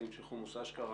שלום לכולם,